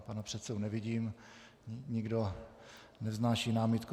Pana předsedu nevidím, nikdo nevznáší námitku.